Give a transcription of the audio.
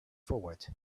forward